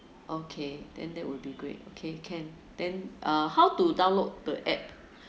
okay then that would be great okay can then uh how to download the app